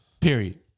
Period